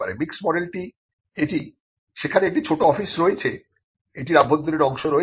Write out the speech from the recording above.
mixed মডেলটি এটি সেখানে একটি ছোট অফিস রয়েছে এটির অভ্যন্তরীণ অংশ রয়েছে